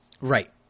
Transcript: right